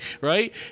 right